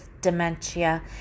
dementia